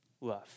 love